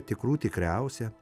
tikrų tikriausia